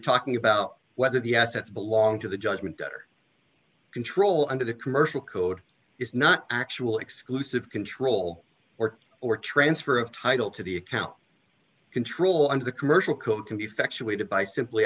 talking about whether the assets belong to the judgment that are control under the commercial code is not actual exclusive control or or transfer of title to the account control under the commercial code can be factually to by simply